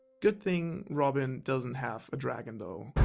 good thing robin doesn't have a dragon though.